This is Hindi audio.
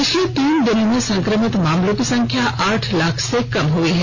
पिछले तीन दिनों में संक्रमित मामलों की संख्या आठ लाख से कम हुई है